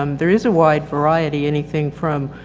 um there is a wide variety. anything from,